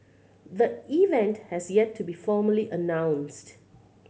the event has yet to be formally announced